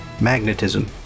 magnetism